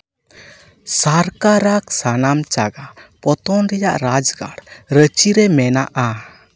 ᱥᱟᱨᱠᱟᱨᱟᱜ ᱥᱟᱱᱟᱢ ᱪᱟᱸᱜᱟ ᱯᱚᱛᱚᱱ ᱨᱮᱭᱟᱜ ᱨᱟᱡᱽᱜᱟᱲ ᱨᱟᱸᱪᱤ ᱨᱮ ᱢᱮᱱᱟᱜᱼᱟ